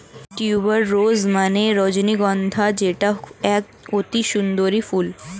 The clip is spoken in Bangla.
টিউবার রোজ মানে রজনীগন্ধা যেটা এক অতি সুগন্ধি ফুল